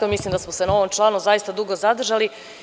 Mislim da smo se na ovom članu zaista dugo zadržali.